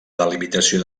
delimitació